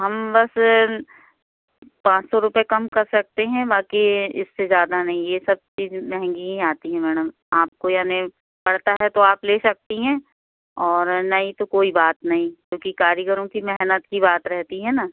हम बस पाँच सौ रुपये कम कर सकते हैं बाकी इससे ज़्यादा नहीं ये सब चीज़ महंगी ही आती है मैडम आपको यानि पड़ता है तो आप ले सकती हैं और नहीं तो कोई बात नहीं क्योंकि कारीगरों की मेहनत की बात रहती है न